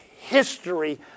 history